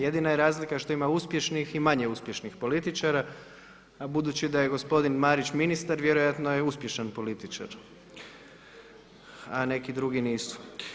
Jedina je razlika što ima uspješnih i manje uspješnih političara, a budući da je gospodin Marić ministar vjerojatno je uspješan političar, a neki drugi nisu.